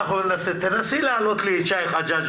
תנסי להעלות לי את שי חג'ג',